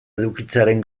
edukitzearen